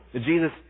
Jesus